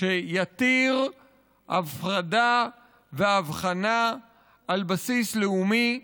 שיתיר הפרדה והבחנה על בסיס לאומי,